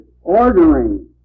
ordering